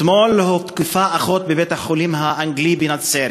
אתמול הותקפה אחות בבית-החולים האנגלי בנצרת.